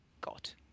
got